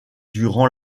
durant